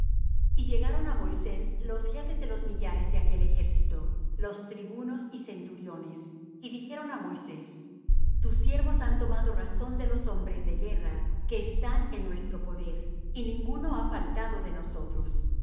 y llegaron á moisés los jefes de los millares de aquel ejército los tribunos y centuriones y dijeron á moisés tus siervos han tomado razón de los hombres de guerra que están en nuestro poder y ninguno ha faltado de nosotros